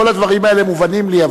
כל הדברים האלה מובנים לי.